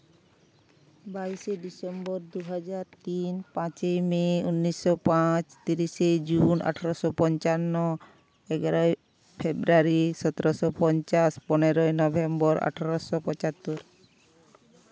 ᱵᱟᱭᱤᱥᱮ ᱰᱤᱥᱮᱢᱵᱚᱨ ᱫᱩ ᱦᱟᱡᱟᱨ ᱛᱤᱱ ᱯᱟᱸᱪᱮᱭ ᱢᱮ ᱩᱱᱤᱥᱥᱚ ᱯᱟᱸᱪ ᱛᱤᱨᱤᱥᱮ ᱡᱩᱱ ᱟᱴᱷᱨᱚᱥᱚ ᱯᱚᱧᱪᱟᱱᱱᱚ ᱮᱜᱟᱨᱳᱭ ᱯᱷᱮᱵᱽᱨᱩᱣᱟᱨᱤ ᱥᱚᱛᱨᱚᱥᱚ ᱯᱚᱧᱪᱟᱥ ᱯᱚᱱᱮᱨᱳᱭ ᱱᱚᱵᱷᱮᱢᱵᱚᱨ ᱟᱴᱷᱨᱳᱥᱚ ᱯᱚᱪᱟᱛᱛᱚᱨ